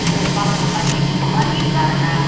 ஓ பசங்கள் படிச்சுகிட்ருக்காங்களா வீட்டுக்காரங்க